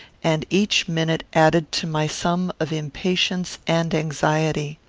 and each minute added to my sum of impatience and anxiety.